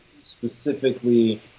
specifically